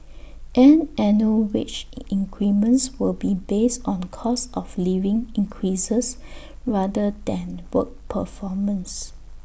and annual wage increments will be based on cost of living increases rather than work performance